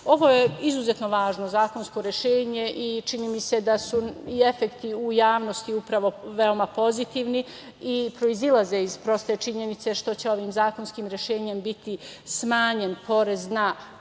Ovo je izuzetno važno zakonsko rešenje i čini mi se da su efekti u javnosti upravo veoma pozitivni i proizilaze iz proste činjenice što će ovim zakonskim rešenjem biti smanjen porez na